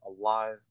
alive